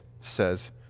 says